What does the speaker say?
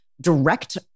direct